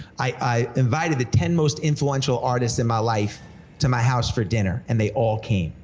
i invited the ten most influential artists in my life to my house for dinner, and they all came.